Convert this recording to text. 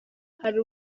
hari